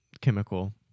chemical